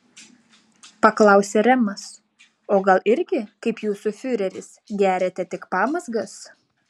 paklausė remas o gal irgi kaip jūsų fiureris geriate tik pamazgas